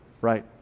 Right